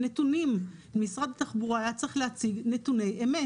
הנתונים, משרד התחבורה היה צריך להציג נתוני אמת.